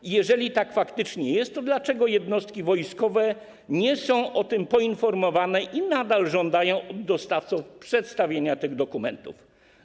I jeżeli faktycznie tak jest, to dlaczego jednostki wojskowe nie są o tym poinformowane i nadal żądają od dostawców przedstawienia tych dokumentów?